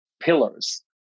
pillars